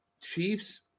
Chiefs